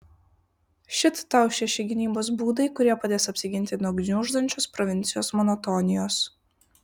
šit tau šeši gynybos būdai kurie padės apsiginti nuo gniuždančios provincijos monotonijos